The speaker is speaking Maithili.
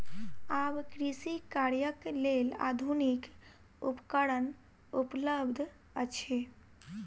आब कृषि कार्यक लेल आधुनिक उपकरण उपलब्ध अछि